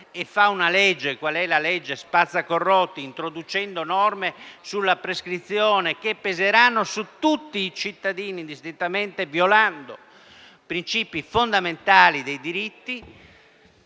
si fa una legge qual è la legge cosiddetta spazzacorrotti, introducendo norme sulla prescrizione che peseranno su tutti i cittadini indistintamente, violando principi fondamentali e diritti.